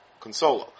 Consolo